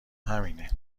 همینه